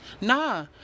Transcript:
Nah